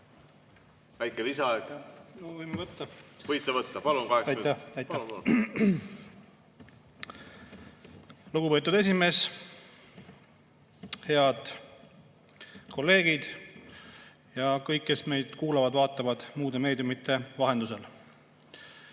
Lugupeetud esimees! Head kolleegid! Ja kõik, kes meid kuulavad-vaatavad muude meediumide vahendusel!